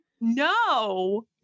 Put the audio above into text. no